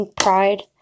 Pride